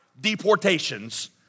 deportations